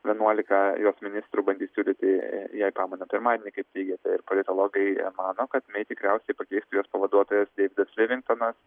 vienuolika jos ministrų bandys siūlyti jai pamainą pirmadienį kaip teigia ir politologai mano kad mei tikriausiai pakeistų jos pavaduotojas deividas livingtonas